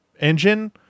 engine